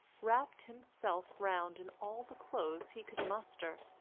wrapped himself round in all the clothes he could muster,